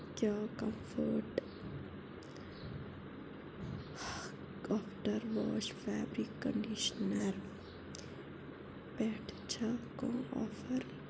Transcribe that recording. کیٛاہ comfort after wash fabric conditioner پٮ۪ٹھ چھےٚ کانٛہہ آفر